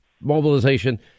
mobilization